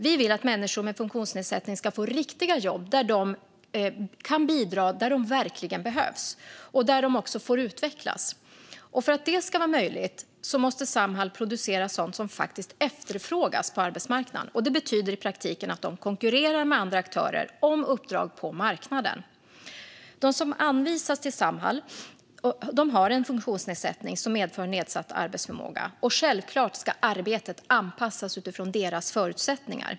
Vi vill att människor med funktionsnedsättning ska få riktiga jobb där de kan bidra, där de verkligen behövs och där de också får utvecklas. För att det ska vara möjligt måste Samhall producera sådant som faktiskt efterfrågas på arbetsmarknaden. Det betyder i praktiken att de konkurrerar med andra aktörer om uppdrag på marknaden. De som anvisas till Samhall har en funktionsnedsättning som medför nedsatt arbetsförmåga. Självklart ska arbetet anpassas utifrån deras förutsättningar.